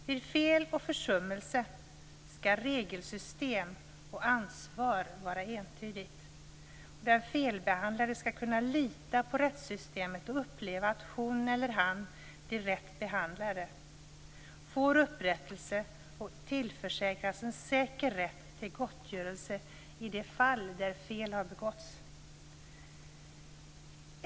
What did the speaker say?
Vid fel och försummelse skall regelsystem och ansvar vara entydigt. Den felbehandlade skall kunna lita på rättssystemet och uppleva att hon eller han blir rätt behandlad, får upprättelse och tillförsäkras en säker rätt till gottgörelse i de fall där fel har begåtts.